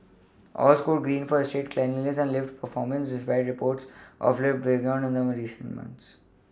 all scored green for estate cleanliness and lift performance despite reports of lift breakdowns in recent months